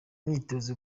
myitozo